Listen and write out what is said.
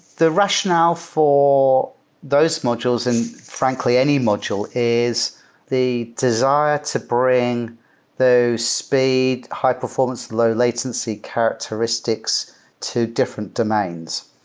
the rationale for those modules and frankly any module is the desire to bring those speed, high-performance, low-latency characteristics to different domains.